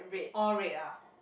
all red ah